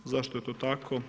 Zašto je to tako?